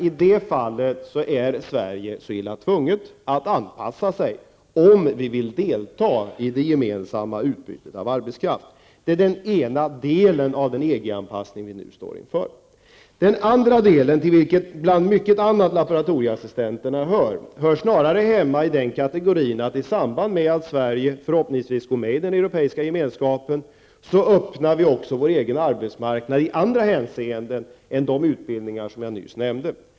I det fallet är Sverige så illa tvunget att anpassa sig, om vi vill delta i det gemensamma utbytet av arbetskraft. Det är den ena delen av den EG-anpassning som vi nu står inför. Den andra delen -- till vilken hör bland mycket annat laboratorieassistenterna -- handlar om att i samband med att Sverige förhoppningsvis går med i den Europeiska gemenskapen vi också öppnar vår egen arbetsmarknad i andra hänseenden än de utbildningar som jag nyss nämnde.